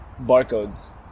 barcodes